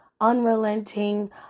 unrelenting